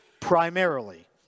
Primarily